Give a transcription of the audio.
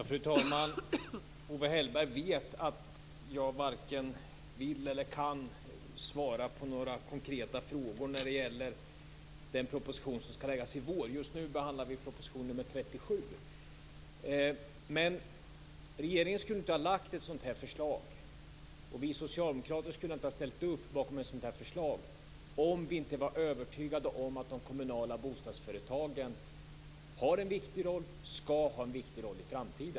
Fru talman! Owe Hellberg vet att jag varken vill eller kan svara på några konkreta frågor när det gäller den proposition som skall läggas fram i vår. Just nu behandlar vi proposition nummer 37. Men regeringen skulle inte ha lagt fram ett sådant här förslag, och vi socialdemokrater skulle inte ha ställt upp bakom ett sådant här förslag, om vi inte var övertygade om att de kommunala bostadsföretagen har en viktig roll, och skall ha en viktig roll i framtiden.